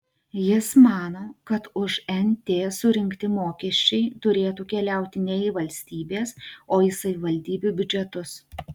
jis mano kad už nt surinkti mokesčiai turėtų keliauti ne į valstybės o į savivaldybių biudžetus